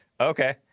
Okay